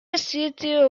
city